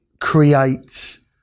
creates